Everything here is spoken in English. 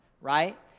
right